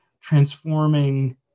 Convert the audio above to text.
transforming